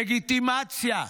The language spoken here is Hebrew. לגיטימציה.